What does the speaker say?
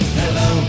hello